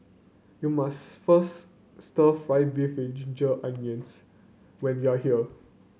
you must first Stir Fried Beef with Ginger Onions when you are here